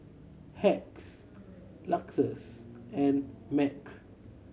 Hacks Lexus and Mac